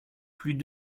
plus